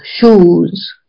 shoes